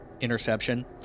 interception